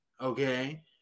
okay